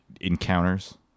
encounters